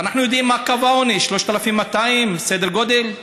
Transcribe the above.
אנחנו יודעים מה קו העוני, 3,200 סדר גודל,